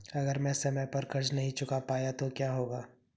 अगर मैं समय पर कर्ज़ नहीं चुका पाया तो क्या होगा?